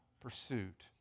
pursuit